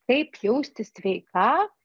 kaip jaustis sveika